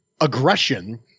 aggression